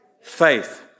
faith